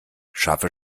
schaffe